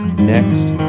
next